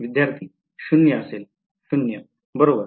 विध्यार्थी शून्य शून्य बरोबर